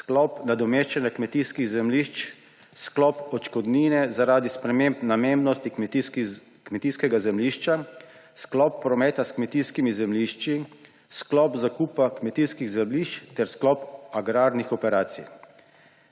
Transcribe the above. sklop nadomeščanja kmetijskih zemljišč, sklop odškodnine zaradi sprememb namembnosti kmetijskega zemljišča, sklop prometa s kmetijskimi zemljišči, sklop zakupa kmetijskih zemljišč ter sklop agrarnih operacij.